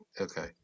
okay